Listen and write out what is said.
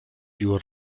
your